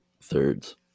thirds